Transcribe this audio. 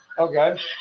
Okay